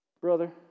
Brother